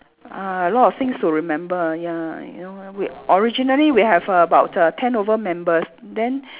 ah a lot of things to remember ya you know we originally we have about err ten over members then